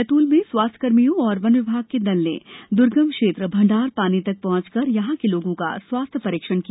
बैतूल में स्वास्थ्य कर्मियों और वन विभाग के दल ने दुर्गम क्षेत्र भण्डारपानी तक पहुंचकर यहां के लोगों का स्वास्थ्य परीक्षण किया